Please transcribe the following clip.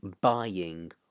buying